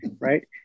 right